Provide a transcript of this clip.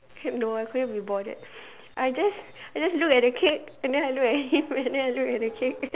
no I couldn't be bothered I just I just look at the cake and then I look at him and then I look at the cake